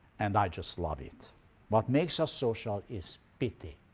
and i just love it what makes us social is pity.